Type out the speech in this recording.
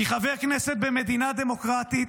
כי חבר כנסת במדינה דמוקרטית,